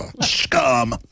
Scum